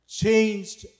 changed